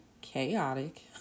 chaotic